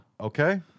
Okay